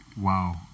wow